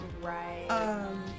right